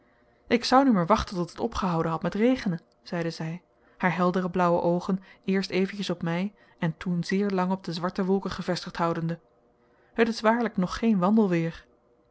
ik zou nu maar wachten tot het opgehouden had met regenen zeide zij haar heldere blauwe oogen eerst eventjes op mij en toen zeer lang op de zwarte wolken gevestigd houdende het is waarlijk nog geen wandelweer